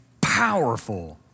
powerful